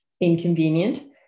inconvenient